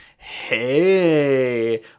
hey